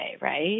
right